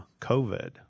COVID